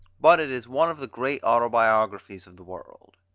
but it is one of the great autobiographies of the world.